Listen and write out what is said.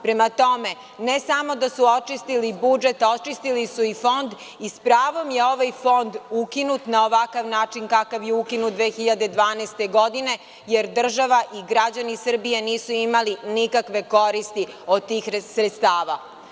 Prema tome, ne samo da su očistili budžet, očistili su i Fond i sa pravom je ovaj fond ukinut na ovakav način kada je ukinut 2012. godine, jer država i građani Srbije nisu imali nikakve koristi od tih sredstava.